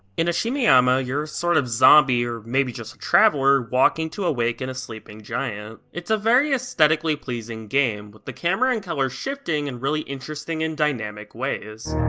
in ashimeyama, you're a sort of zombie or maybe just a traveler walking to awaken a sleeping giant. it's a very aesthetically pleasing game, with the camera and colors shifting in and really interesting and dynamic ways.